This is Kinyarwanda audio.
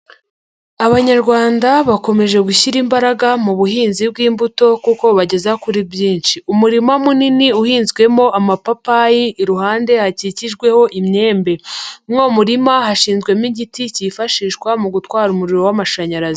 Abanyarwanda bakomeje gushyira imbaraga mu buhinzi bw'imbuto kuko bubageza kuri byinshi ,umurima munini uhinzwemo amapapayi iruhande hakikijweho imyembe ,muri uwo murima hashinzwemo igiti cyifashishwa mu gutwara umuriro w'amashanyarazi.